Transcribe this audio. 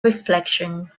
reflection